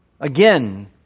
again